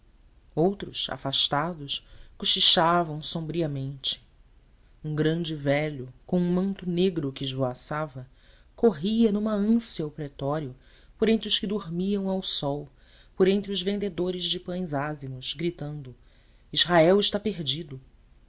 outros afastados cochichavam sombriamente um grande velho com um manto negro que esvoaçava corria numa ânsia o pretório por entre os que dormiam ao sol por entre os vendedores de pães ázimos gritando israel está perdido